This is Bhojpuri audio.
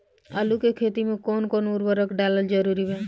आलू के खेती मे कौन कौन उर्वरक डालल जरूरी बा?